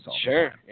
Sure